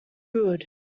good